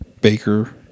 Baker